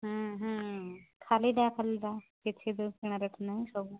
ହୁଁ ହୁଁ ଖାଲି ଯା ଖାଲି ଯା କିଛି କିଣା ରେଟ୍ ନାହିଁ ସବୁ